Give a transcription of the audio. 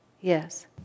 Yes